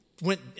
Went